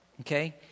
Okay